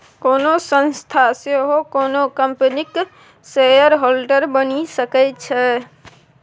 कोनो संस्था सेहो कोनो कंपनीक शेयरहोल्डर बनि सकै छै